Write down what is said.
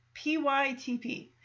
PYTP